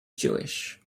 jewish